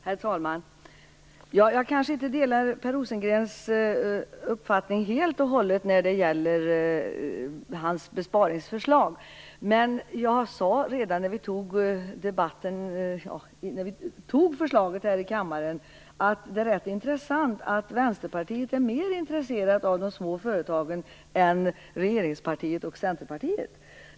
Herr talman! Jag kanske inte delar Per Rosengrens uppfattning helt och hållet när det gäller de besparingsförslag han lägger fram. Däremot påpekade jag redan när vi antog förslaget här i kammaren att det är rätt intressant att Vänsterpartiet är mer intresserat av de små företagen än regeringspartiet och Centerpartiet.